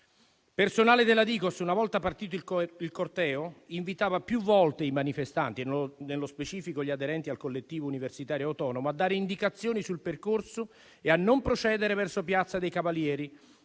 Personale della Digos, una volta partito il corteo, invitava più volte i manifestanti, nello specifico gli aderenti al Collettivo universitario autonomo, a dare indicazioni sul percorso e a non procedere verso piazza dei Cavalieri,